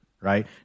Right